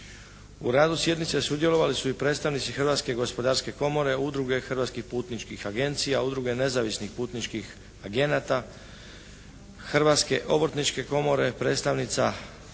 U radu sjednici sudjelovali su i predstavnici Hrvatske gospodarske komore, Udruge hrvatskih putničkih agencija, Udruge nezavisnih putničkih agenata, Hrvatske obrtničke komore predstavnica skupine